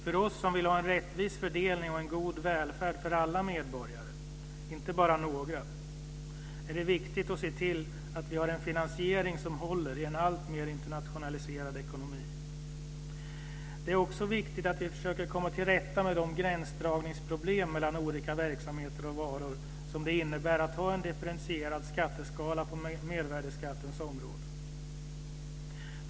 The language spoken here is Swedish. För oss som vill ha en rättvis fördelning och en god välfärd för alla medborgare - inte bara för några - är det viktigt att se till att vi har en finansiering som håller i en allt mer internationaliserad ekonomi. Det är också viktigt att vi försöker komma till rätta med de gränsdragningsproblem mellan olika verksamheter och varor som det innebär att ha en differentierad skatteskala på mervärdesskattens område.